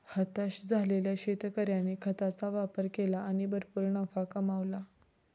हताश झालेल्या शेतकऱ्याने खताचा वापर केला आणि भरपूर नफा कमावला